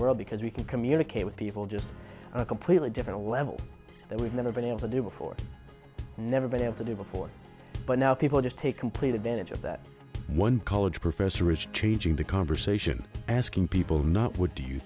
world because we can communicate with people just a completely different level that we've never been able to do before and never been able to do before but now people just take complete advantage of that one college professor is changing the conversation asking people not what do you